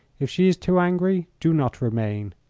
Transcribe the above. if she is too angry, do not remain.